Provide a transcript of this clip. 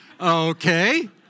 Okay